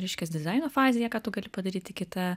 reiškias dizaino fazėje kad tu gali padaryti kita